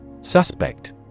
Suspect